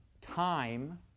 time